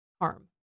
harm